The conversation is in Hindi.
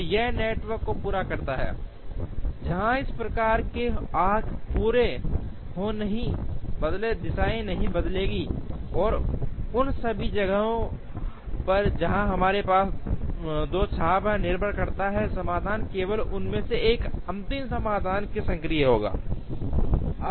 तो यह नेटवर्क को पूरा करता है जहां इस प्रकार के आर्क्स पूरे को नहीं बदलेंगे दिशाएं नहीं बदलेंगी और उन सभी जगहों पर जहां हमारे पास दो चाप हैं निर्भर करता है समाधान केवल उनमें से एक अंतिम समाधान में सक्रिय होगा